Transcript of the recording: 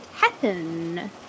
happen